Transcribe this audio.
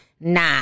nah